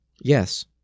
Yes